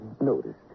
noticed